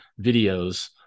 videos